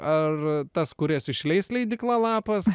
ar tas kurias išleis leidykla lapas